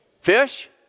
Fish